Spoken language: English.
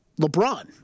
LeBron